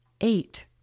eight